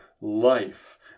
life